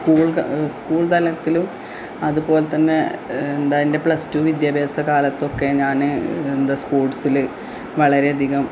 school തലത്തിലും അതുപോലെതന്നെ എന്താ പ്ലസ് ടു വിദ്യാഭ്യാസകാലത്തൊക്കെ ഞാന് എന്താണ് സ്പോട്ട്സില് വളരെ അധികം